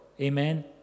Amen